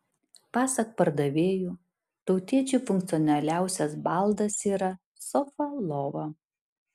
pasak pardavėjų tautiečiui funkcionaliausias baldas yra sofa lova